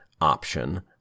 option